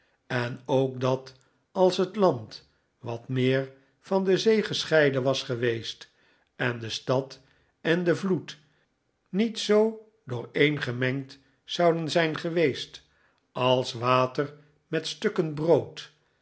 en ook dat als het land wat meer van de zee gescheiden was geweest en de stad en de vloed niet zoo dooreengemengd zouden zijn geweest als water met stukken brood